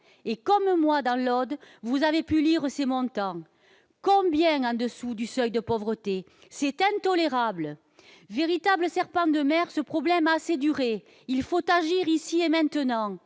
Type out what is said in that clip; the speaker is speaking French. Et comme moi dans l'Aude, vous avez pu prendre connaissance de ces montants. Combien sont en dessous du seuil de pauvreté ? C'est intolérable ! Véritable serpent de mer, ce problème a assez duré. Il faut agir ici et maintenant.